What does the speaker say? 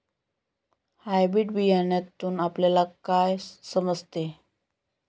Hybrid बियाण्यातून आपल्याला काय समजते?